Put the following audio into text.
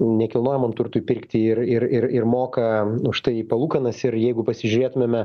nekilnojamam turtui pirkti ir ir ir moka už tai palūkanas ir jeigu pasižiūrėtumėme